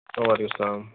وعلیکُم السلام